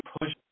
push